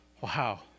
Wow